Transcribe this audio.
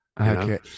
Okay